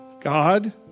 God